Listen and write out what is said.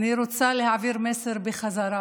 אני רוצה להעביר מסר בחזרה